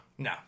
No